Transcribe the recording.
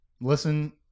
Listen